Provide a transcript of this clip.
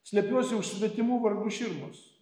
slepiuosi už svetimų vardų širmos